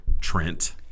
Trent